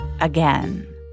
again